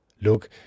Look